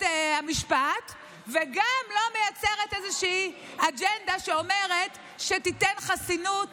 המשפט וגם לא מייצרת איזושהי אג'נדה שתיתן חסינות